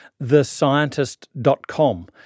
thescientist.com